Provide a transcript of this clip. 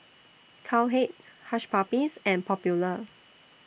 Cowhead Hush Puppies and Popular